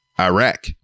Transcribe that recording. Iraq